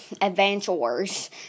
adventures